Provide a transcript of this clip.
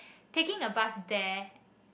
taking a bus there